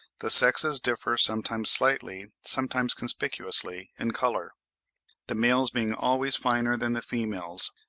the sexes differ sometimes slightly, sometimes conspicuously, in colour the males being always finer than the females,